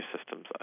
systems